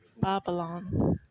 Babylon